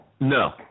No